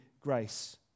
grace